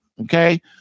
Okay